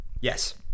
Yes